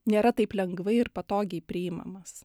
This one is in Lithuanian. nėra taip lengvai ir patogiai priimamas